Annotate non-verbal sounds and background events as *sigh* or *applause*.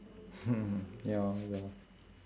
*noise* ya ya